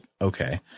okay